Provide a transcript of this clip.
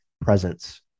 presence